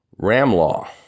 Ramlaw